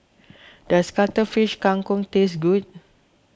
does Cuttlefish Kang Kong taste good